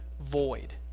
void